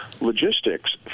Logistics